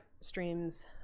streams